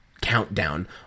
countdown